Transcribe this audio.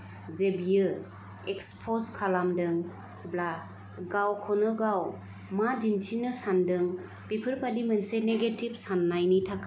जे बियो एक्सफस खालामदोंब्ला गावखौनो गाव मा दिन्थिनो सानदों बेफोर बादि मोनसे निगेटिभ साननाय नि थाखाय